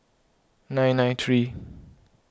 nine nine three